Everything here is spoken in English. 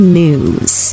news